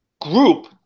group